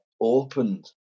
opened